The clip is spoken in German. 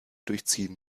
durchziehen